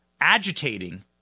agitating